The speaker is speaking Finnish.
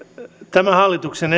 tämän hallituksen